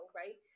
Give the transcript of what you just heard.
right